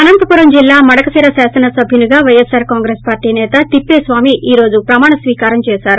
అనంతపురం జిల్లా మడకశిర శాసనసభ్యుడిగా YSR Congress పార్లీకి చెందిన సేత తిప్సస్వామి ఈ రోజు ప్రమాణస్వీకారం చేశారు